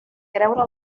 creure